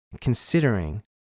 considering